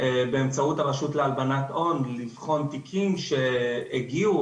באמצעות הרשות להלבנת הון, לבחון תיקים שהגיעו,